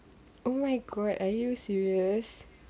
oh my god are you serious